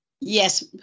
Yes